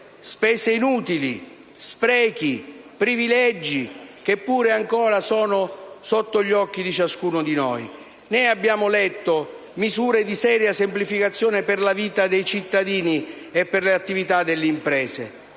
spese inutili, sprechi, privilegi, che pure ancora sono sotto gli occhi di ciascuno di noi. Né abbiamo letto misure di seria semplificazione per la vita dei cittadini e per le attività delle imprese.